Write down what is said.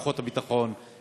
כוחות הביטחון,